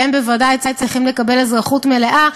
והם בוודאי צריכים לקבל אזרחות מלאה.